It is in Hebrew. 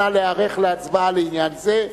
נא להיערך להצבעה לעניין זה.